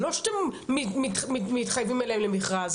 זה לא שאתם מתחייבים אליהם למרכז,